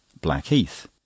Blackheath